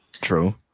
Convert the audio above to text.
True